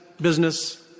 business